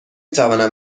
توانم